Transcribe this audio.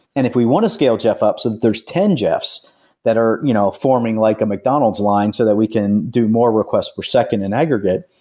and if we want to scale jeff up so that there's ten jeffs that are you know forming like a mcdonald's line so that we can do more requests per second and aggregate,